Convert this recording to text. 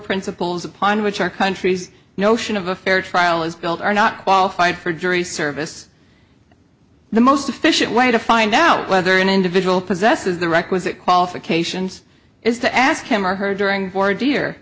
principles upon which our country's notion of a fair trial is built are not qualified for jury service the most efficient way to find out whether an individual possesses the requisite qualifications is to ask him or her during